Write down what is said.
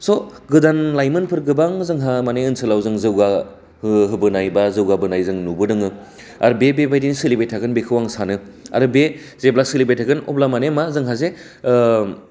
स' गोदान लाइमोनफोर गोबां जोंहा माने ओनसोलाव जों जौगा हो होबोनाय बा जौगाबोनाय जों नुबोदों आरो बे बे बायदि सोलिबायथागोन बेखौ आङो सानो आरो बे जेब्ला सोलिबाथागोन अब्ला माने मा जोंहा जे